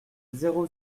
zéro